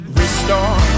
restore